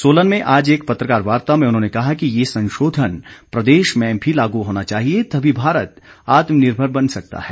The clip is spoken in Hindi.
सोलन में आज एक पत्रकार वार्ता में उन्होंने कहा कि यह संशोधन प्रदेश में भी लागू होना चाहिए तभी भारत आत्मनिर्भर बन सकता है